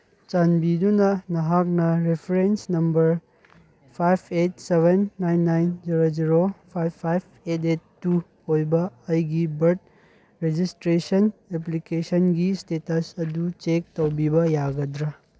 ꯆꯥꯟꯕꯤꯗꯨꯅ ꯅꯍꯥꯛꯅ reference number five eight seven nine nine zero zero five five eight eight two ꯑꯣꯏꯕ ꯑꯩꯒꯤ birth registration ꯑꯦꯄ꯭ꯂꯤꯀꯦꯁꯟꯒꯤ status ꯑꯗꯨ ꯆꯦꯛ ꯇꯧꯕꯤꯕ ꯌꯥꯒꯗ꯭ꯔꯥ